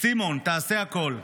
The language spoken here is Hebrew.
סימון, תעשה הכול,